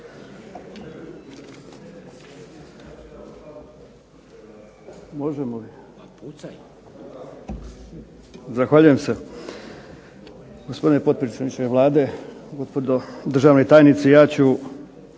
(SDSS)** Zahvaljujem se gospodine potpredsjedniče Vlade, gospodo državni tajnici. Ja ću